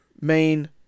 main